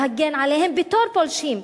להגן עליהם בתור פולשים.